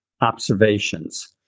observations